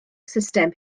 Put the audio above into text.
system